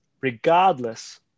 regardless